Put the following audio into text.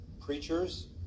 preachers